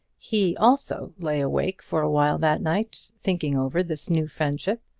he, also, lay awake for awhile that night, thinking over this new friendship.